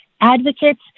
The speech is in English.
advocates